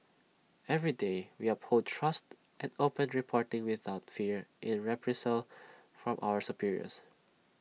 every day we uphold trust and open reporting without fear in reprisal from our superiors